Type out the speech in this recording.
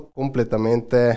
completamente